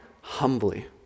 humbly